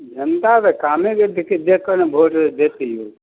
जनता तऽ कामेके देखि कऽ ने भोट देतै यौ